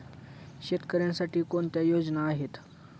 शेतकऱ्यांसाठी कोणत्या योजना आहेत?